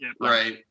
right